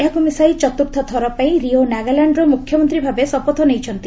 ଏହାକୁ ମିଶାଇ ଚତୁର୍ଥ ଥରପାଇଁ ରିଓ ନାଗାଲ୍ୟାଣ୍ଡର ମୁଖ୍ୟମନ୍ତ୍ରୀ ଭାବେ ଶପଥ ନେଇଛନ୍ତି